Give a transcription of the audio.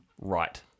right